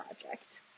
project